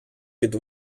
під